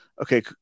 okay